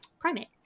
primate